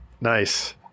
Nice